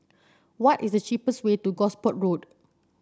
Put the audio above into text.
what is the cheapest way to Gosport Road